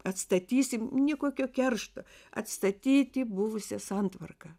atstatysim ni kokio keršto atstatyti buvusią santvarką